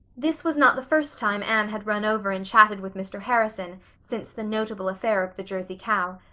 this was not the first time anne had run over and chatted with mr. harrison since the notable affair of the jersey cow.